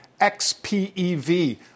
XPEV